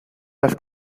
las